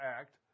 act